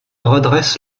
redresse